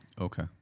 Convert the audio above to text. Okay